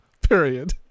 period